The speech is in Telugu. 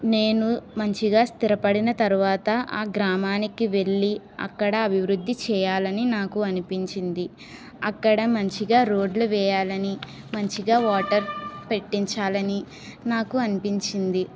నేను మంచిగా స్థిరపడిన తర్వాత ఆ గ్రామానికి వెళ్ళి అక్కడ అభివృద్ధి చేయాలని నాకు అనిపించింది అక్కడ మంచిగా రోడ్లు వేయాలని మంచిగా వాటర్ పెట్టించాలని నాకు అనిపించింది